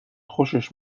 خوشش